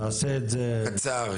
תעשה את זה קצר.